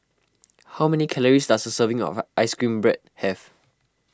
how many calories does a serving of Ice Cream Bread have